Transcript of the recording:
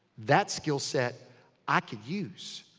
that skill set i can use.